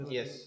Yes